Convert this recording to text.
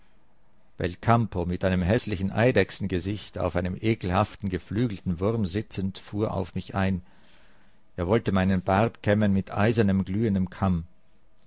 belcampo mit einem häßlichen eidechsengesicht auf einem ekelhaften geflügelten wurm sitzend fuhr auf mich ein er wollte meinen bart kämmen mit eisernem glühendem kamm